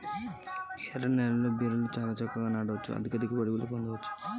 నేను ఎర్ర నేలలో బీరలు నాటచ్చా?